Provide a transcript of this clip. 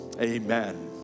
amen